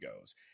goes